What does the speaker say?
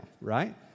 Right